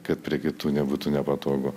kad prie kitų nebūtų nepatogu